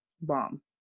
bomb